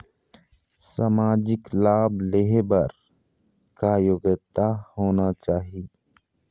सामाजिक लाभ लेहे बर का योग्यता होना चाही?